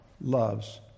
loves